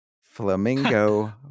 Flamingo